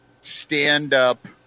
stand-up